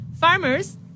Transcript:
farmers